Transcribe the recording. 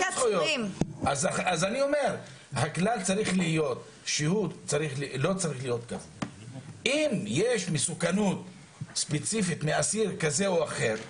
אני אומר שהכלל צריך להיות שאם יש מסוכנות ספציפית מאסיר הזה או אחר,